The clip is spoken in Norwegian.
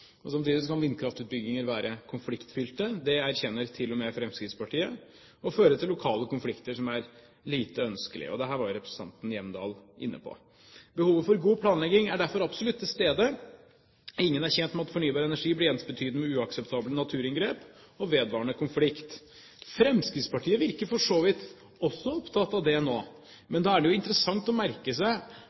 Samtidig kan vindkraftutbygginger være konfliktfylte – det erkjenner til og med Fremskrittspartiet – og føre til lokale konflikter som er lite ønskelige. Dette var representanten Hjemdal inne på. Behovet for god planlegging er derfor absolutt til stede. Ingen er tjent med at fornybar energi blir ensbetydende med uakseptable naturinngrep og vedvarende konflikt. Fremskrittspartiet virker for så vidt også opptatt av det nå, men da er det jo interessant å merke seg